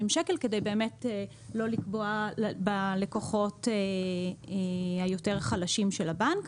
שקל כדי באמת לא לפגוע בלקוחות היותר חלשים של הבנק.